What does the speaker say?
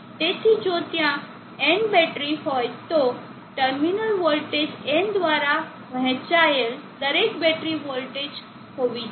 તેથી જો ત્યાં n બેટરીઓ હોય તો ટર્મિનલ વોલ્ટેજ n દ્વારા વહેંચાયેલ દરેક બેટરી વોલ્ટેજ હોવી જોઈએ